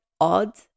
odd